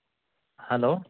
hello